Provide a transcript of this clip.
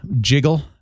jiggle